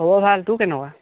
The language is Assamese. খবৰ ভাল তোৰ কেনেকুৱা